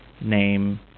Name